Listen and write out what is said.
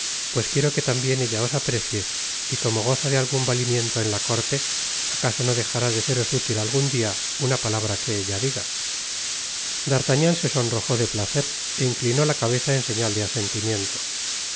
pues quiero que tambien ella os aprecie y como goza de algun valimiento en la córte acaso no dejará de seros útil algun dia una palabra que ella diga d'artagnan'se sonrojó de placer é inclinó la cabeza en señal de asentimiento